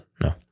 no